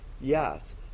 Yes